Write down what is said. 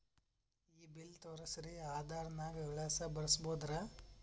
ಈ ಬಿಲ್ ತೋಸ್ರಿ ಆಧಾರ ನಾಗ ವಿಳಾಸ ಬರಸಬೋದರ?